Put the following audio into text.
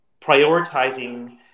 Prioritizing